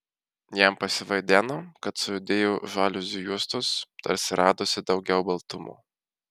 jam pasivaideno kad sujudėjo žaliuzių juostos tarsi radosi daugiau baltumo